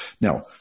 Now